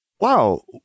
Wow